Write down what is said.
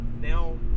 now